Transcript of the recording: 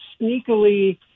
sneakily